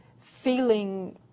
feeling